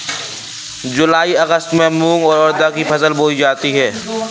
जूलाई अगस्त में मूंग और उर्द की फसल बोई जाती है